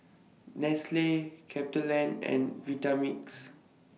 Nestle CapitaLand and Vitamix